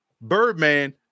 Birdman